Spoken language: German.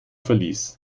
verlies